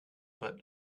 but